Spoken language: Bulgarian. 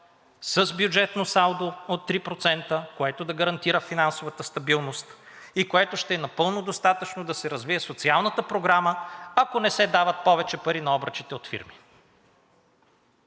с бюджетно салдо от 3%, което да гарантира финансовата стабилност и което ще е напълно достатъчно да се развие социалната програма, ако не се дават повече пари на обръчите от фирми.